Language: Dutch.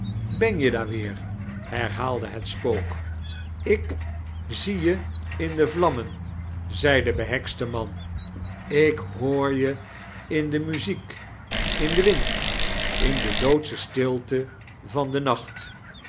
ben je daar weer herhaalde het spook ik zie je in de vlamrnen zei de behekste man ik hoor je in de muziek in den wind in de doodsche swite van den nacht